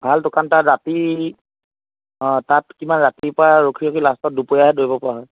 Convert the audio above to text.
ভালতো কাৰণ তাত ৰাতি অঁ তাত কিমান ৰাতিপুৱা ৰখি ৰখি লাষ্টত দুপৰীয়াহে দৌৰিব পৰা হয়